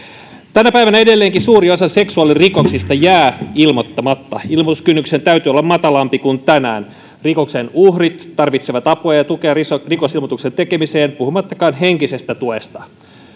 tänä päivänä edelleenkin suuri osa seksuaalirikoksista jää ilmoittamatta ilmoituskynnyksen täytyy olla matalampi kuin tänään rikoksen uhrit tarvitsevat apua ja tukea rikosilmoituksen tekemiseen puhumattakaan henkisestä tuesta